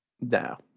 No